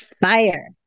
fire